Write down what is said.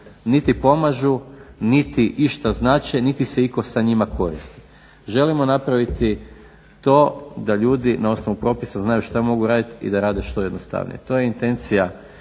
niti pomažu, niti išta znače, niti se itko sa njima koristi. Želimo napraviti to da ljudi na osnovu propisa znaju šta mogu raditi i da rade što jednostavnije. To je intencija